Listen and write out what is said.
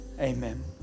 amen